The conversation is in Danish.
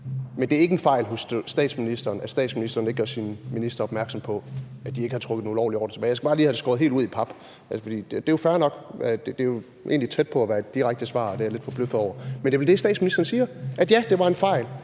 men at det ikke er en fejl hos statsministeren, at statsministeren ikke gjorde sine ministre opmærksom på, at de ikke har trukket den ulovlige ordre tilbage. Jeg skal bare lige have det skåret helt ud i pap. For det er jo fair nok. Det er jo egentlig tæt på at være et direkte svar, og det er jeg lidt forbløffet over, men det er vel det, statsministeren siger: at ja, det var en fejl,